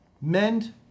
mend